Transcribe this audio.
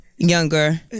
younger